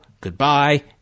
goodbye